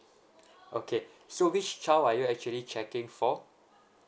okay so which child are you actually checking for